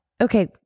Okay